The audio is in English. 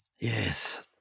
Yes